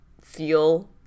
feel